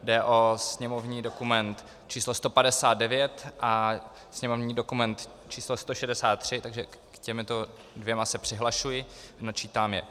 Jde o sněmovní dokument číslo 159 a sněmovní dokument číslo 163, takže k těmto dvěma se přihlašuji a načítám je.